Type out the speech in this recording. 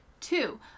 Two